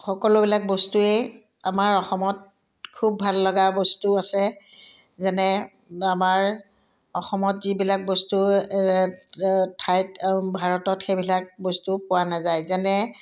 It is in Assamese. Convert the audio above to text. সকলোবিলাক বস্তুৱেই আমাৰ অসমত খুব ভাল লগা বস্তু আছে যেনে আমাৰ অসমত যিবিলাক বস্তু ঠাইত ভাৰতত সেইবিলাক বস্তু পোৱা নাযায় যেনে